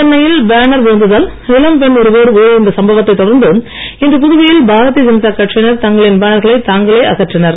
சென்னையில் பேனர் விழுந்ததால் இளம்பெண் ஒருவர் உயிரிழந்த சம்பவத்தை தொடர்ந்து இன்று புதுவையில் பாரதீய ஜனதா கட்சியினர் தங்களின் பேனர்களை தாங்களே அகற்றினர்